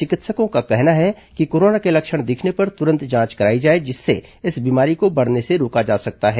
चिकित्सकों का कहना है कि कोरोना के लक्षण दिखने पर तुरंत जांच कराई जाए जिससे इस बीमारी को बढ़ने से रोका जा सकता है